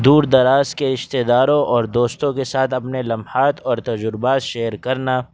دور دراز کے رشتہ داروں اور دوستوں کے ساتھ اپنے لمحات اور تجربات شیئر کرنا